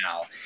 now